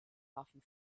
waffen